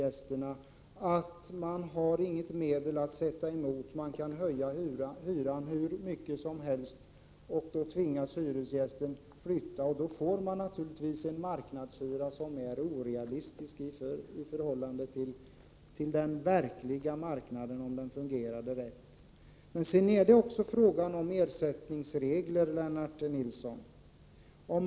De menar att de inte har något medel att sätta emot, att värdarna kan höja hyran hur mycket som helst och att hyresgästen därmed kan tvingas flytta. Då får man naturligtvis en marknadshyra som är orealistisk i förhållande till den som skulle gälla om marknaden verkligen fungerade på ett riktigt sätt. Det är också fråga om ersättningsregler, Lennart Nilsson.